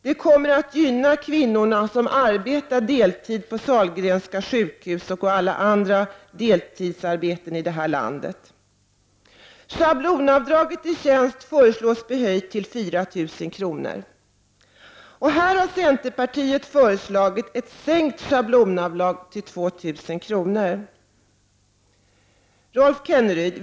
Det kommer att gynna bl.a. de kvinnor som arbetar deltid på Sahlgrenska sjukhuset. Schablonavdraget för tjänst föreslås bli höjt till 4 000 kr. Här har centerpartiet föreslagit att schablonavdraget skall sänkas till 2 000 kr. Rolf Kenneryd!